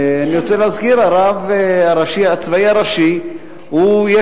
אני רוצה להזכיר: הרב הצבאי הראשי נותן